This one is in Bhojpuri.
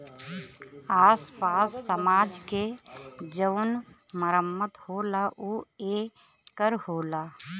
आस पास समाज के जउन मरम्मत होला ऊ ए कर होला